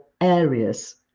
areas